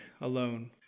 alone